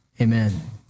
Amen